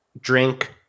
drink